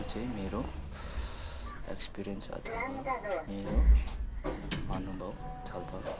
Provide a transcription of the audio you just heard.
यो चाहिँ मेरो एक्सपिरियन्स अथवा मेरो अनुभव छलफल